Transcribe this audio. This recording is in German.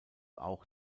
auch